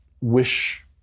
wish